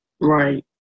Right